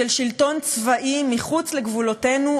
של שלטון צבאי מחוץ לגבולותינו,